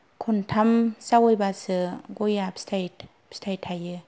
खनथाम जावयैबासो गया फिथाय फिथाय थायो